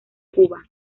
cuba